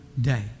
day